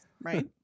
Right